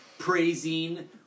praising